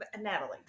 Natalie